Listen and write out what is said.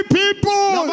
people